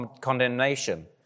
condemnation